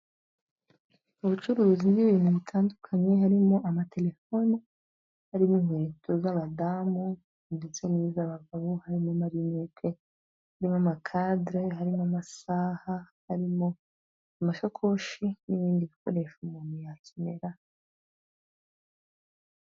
Ubucuruzi n'ibintu bitandukanye harimo amatelefoni, harimo inkweto z'abadamu ndetse n'iz'abagabo, harimo amarinete, harimo amakadere, harimo amasaha, harimo amashakoshi n'ibindi bikoresho umuntu yakenera.